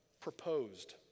proposed